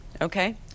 Okay